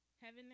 Heaven